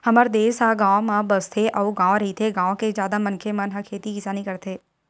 हमर देस ह गाँव म बसथे अउ गॉव रहिथे, गाँव के जादा मनखे मन ह खेती किसानी करथे